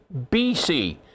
BC